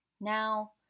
Now